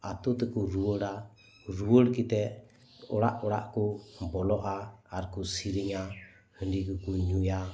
ᱟᱹᱛᱳ ᱛᱮᱠᱚ ᱨᱩᱣᱟᱹᱲᱟ ᱨᱩᱣᱟᱹᱲ ᱠᱟᱛᱮ ᱚᱲᱟᱜ ᱚᱲᱟᱜ ᱠᱚ ᱵᱚᱞᱚᱜᱼᱟ ᱟᱨ ᱠᱚ ᱥᱮᱹᱨᱮᱹᱧᱟ ᱦᱟᱸᱹᱰᱤ ᱠᱚ ᱠᱚ ᱧᱩᱭᱟ